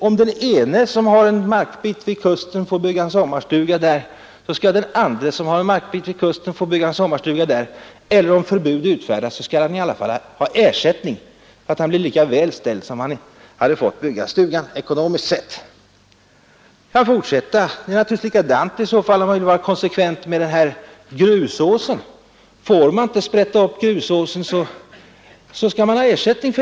Om den ene som har en markbit vid kusten får bygga en sommarstuga där, då skall den andre som har en markbit vid kusten också få bygga en sommarstuga eller — om förbud utfärdas — erhålla ersättning, så att han blir ekonomiskt sett lika väl ställd som om han fått bygga stugan. Jag kan fortsätta uppräkningen. Det är naturligtvis likadant med grusåsen, om man vill vara konsekvent. Får man inte sprätta upp grusåsen, skall man ha ersättning.